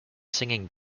singing